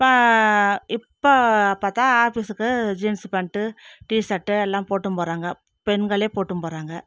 இப்போ இப்போ பார்த்தா ஆஃபீஸுக்கு ஜீன்ஸ் பேண்ட் டிஷர்ட் எல்லாம் போட்டும் போகிறாங்க பெண்கள் போட்டும் போகிறாங்க